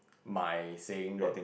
my saying that